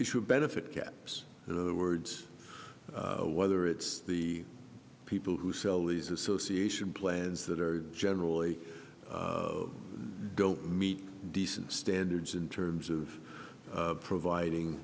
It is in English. issue benefit caps and other words whether it's the people who sell these association plans that are generally don't meet decent standards in terms of providing